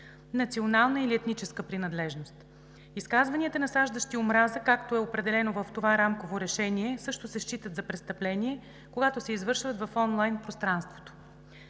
национална или етническа принадлежност. Изказванията, насаждащи омраза, както е определено в това рамково решение, също се считат за престъпление, когато се извършват в онлайн пространството.